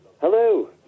Hello